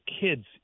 kids